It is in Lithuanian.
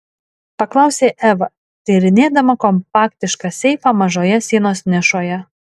paklausė eva tyrinėdama kompaktišką seifą mažoje sienos nišoje